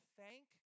thank